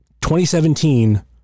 2017